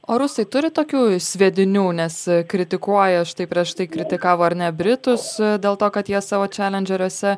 o rusai turi tokių sviedinių nes kritikuoja štai prieš tai kritikavo ar ne britus dėl to kad jie savo čelendžeriuose